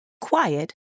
quiet